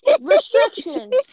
Restrictions